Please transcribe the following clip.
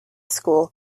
school